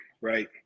right